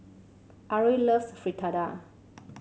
Ari loves Fritada